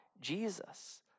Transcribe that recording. Jesus